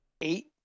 Eight